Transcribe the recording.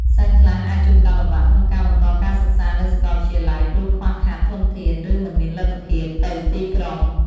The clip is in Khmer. សិស្សខ្លះអាចជួបការលំបាកក្នុងការបន្តការសិក្សានៅសាកលវិទ្យាល័យព្រោះខ្វះខាតធនធានឬមិនមានលទ្ធភាពទៅទីក្រុង។